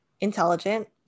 intelligent